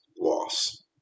loss